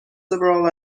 several